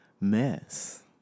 mess